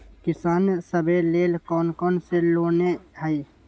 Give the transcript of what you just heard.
किसान सवे लेल कौन कौन से लोने हई?